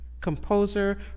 composer